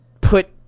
put